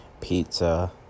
pizza